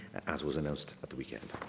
as was announced at the weekend.